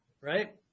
right